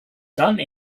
done